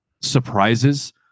surprises